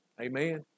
Amen